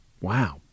Wow